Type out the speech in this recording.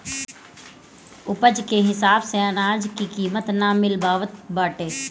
उपज के हिसाब से अनाज के कीमत ना मिल पावत बाटे